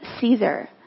Caesar